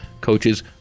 coaches